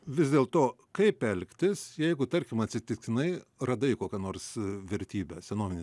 vis dėl to kaip elgtis jeigu tarkim atsitiktinai radai kokią nors vertybę senovinį